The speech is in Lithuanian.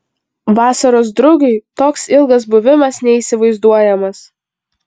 vasaros drugiui toks ilgas buvimas neįsivaizduojamas